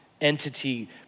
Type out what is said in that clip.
entity